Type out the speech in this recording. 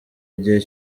igihe